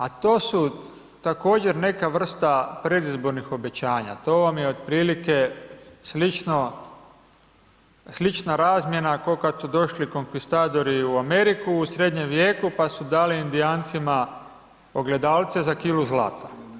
A to su također neka vrsta predizbornih obećanja, to vam je otprilike slična razmjena kad su došli konkvistadori u Ameriku u Srednjem vijeku pa su dali Indijancima ogledalce za kilu zlata.